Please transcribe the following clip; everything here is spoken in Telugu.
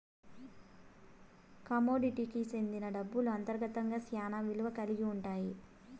కమోడిటీకి సెందిన డబ్బులు అంతర్గతంగా శ్యానా విలువ కల్గి ఉంటాయి